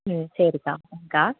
ம் சரிக்கா வரேக்கா